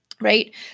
right